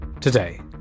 Today